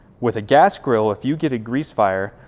with a gas grill if you get a grease fire,